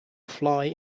fly